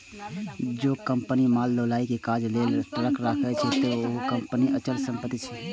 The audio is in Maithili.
जौं कंपनी माल ढुलाइ के काज लेल ट्रक राखने छै, ते उहो कंपनीक अचल संपत्ति छियै